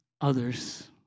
others